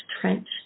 trench